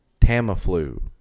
Tamiflu